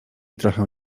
trochę